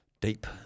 Deep